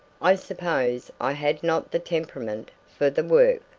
i suppose i had not the temperament for the work.